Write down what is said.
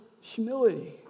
humility